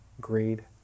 greed